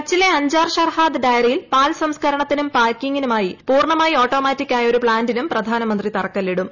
കച്ചിലെ അഞ്ചാർ ഷർഹാദ് ഡയറിയിൽ പാൽ സംസ്ക്കരണത്തിനും പാക്കിംഗിനുമായി പൂർണ്ണമായി ഓട്ടോമാറ്റി ക്കായ ഒരു പ്ലാന്റിനും പ്രധാനമന്ത്രി തറക്കല്ലിടും